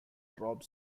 drop